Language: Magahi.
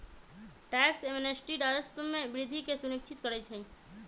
टैक्स एमनेस्टी राजस्व में वृद्धि के सुनिश्चित करइ छै